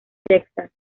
texas